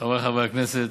חבריי חברי הכנסת,